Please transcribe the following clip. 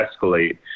escalate